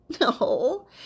No